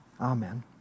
Amen